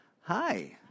Hi